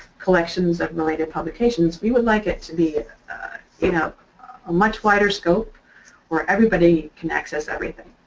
collections of related publications. we would like it to be you know a much wider scope where everybody can access everything.